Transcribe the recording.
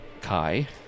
Kai